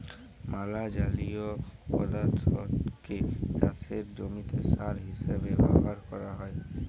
ম্যালা জলীয় পদাথ্থকে চাষের জমিতে সার হিসেবে ব্যাভার ক্যরা হ্যয়